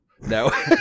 no